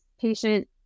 patient